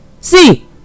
See